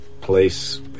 place